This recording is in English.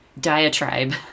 diatribe